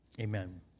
amen